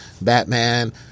Batman